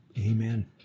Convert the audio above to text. Amen